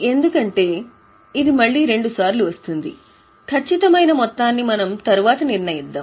ఎందుకంటే మళ్ళీ రెండుసార్లు వస్తుంది ఖచ్చితమైన మొత్తాన్ని మనము తరువాత నిర్ణయిద్దాము